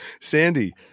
sandy